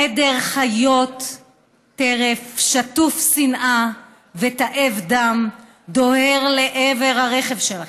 עדר חיות טרף שטוף שנאה ותאב דם דוהר לעבר הרכב שלכם.